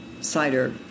cider